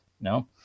No